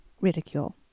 ridicule